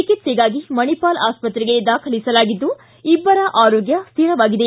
ಚಿಕಿತ್ಸೆಗಾಗಿ ಮಣಿಪಾಲ ಆಸ್ಪತ್ರೆಗೆ ದಾಖಲಿಸಲಾಗಿದ್ದು ಇಬ್ಬರ ಆರೋಗ್ಯ ಸ್ಥಿರವಾಗಿದೆ